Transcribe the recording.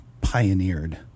pioneered